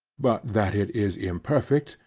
but that it is imperfect,